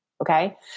Okay